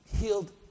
healed